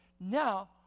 Now